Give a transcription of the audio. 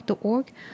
org